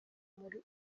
muri